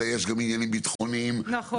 אלא יש גם עניינים ביטחוניים --- נכון.